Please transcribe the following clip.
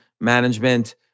management